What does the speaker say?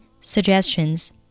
suggestions